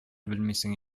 белмисең